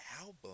album